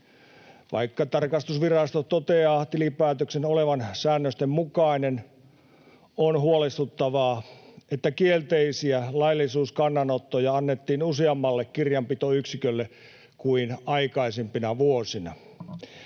Vaikka tarkastusvirasto toteaa tilinpäätöksen olevan säännösten mukainen, on huolestuttavaa, että kielteisiä laillisuuskannanottoja annettiin useammalle kirjanpitoyksikölle kuin aikaisempina vuosina.